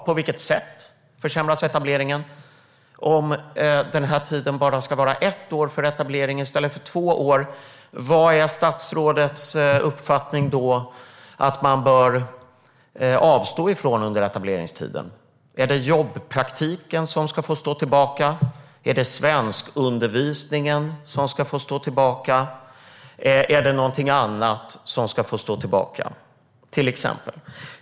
På vilket sätt försämras etableringen? Om tiden för etableringen ska vara ett år i stället för två år, vad är då statsrådets uppfattning att man bör avstå från under etableringstiden? Är det jobbpraktiken som ska få stå tillbaka? Är det svenskundervisningen som ska få stå tillbaka? Är det något annat som ska få stå tillbaka?